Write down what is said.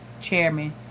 chairman